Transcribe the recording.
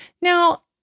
Now